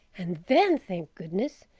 and then, thank goodness,